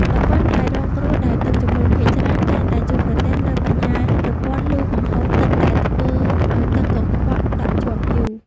តំបន់ដែលរងគ្រោះដោយទឹកជំនន់ភាគច្រើនតែងតែជួបប្រទះនូវបញ្ហាប្រព័ន្ធលូបង្ហូរទឹកដែលធ្វើឱ្យទឹកកខ្វក់ដក់ជាប់យូរ។